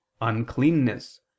uncleanness